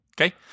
Okay